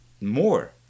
more